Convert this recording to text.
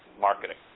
marketing